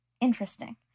interesting